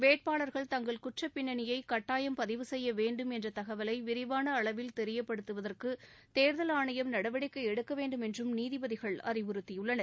வேட்பாளர்கள் தங்கள் குற்றப் பின்னணியை கட்டாயம் பதிவு செய்ய வேண்டும் என்ற தகவலை விரிவான அளவில் தெரியப்படுத்துவற்கு தேர்தல் ஆணையம் நடவடிக்கை எடுக்கவேண்டும் என்றும் நீதிபதிகள் அறிவுறுத்தியுள்ளனர்